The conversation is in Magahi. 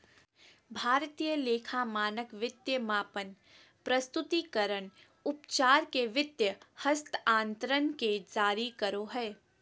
भारतीय लेखा मानक वित्तीय मापन, प्रस्तुतिकरण, उपचार के वित्तीय हस्तांतरण के जारी करो हय